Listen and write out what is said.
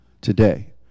today